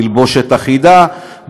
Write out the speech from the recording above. תלבושת אחידה,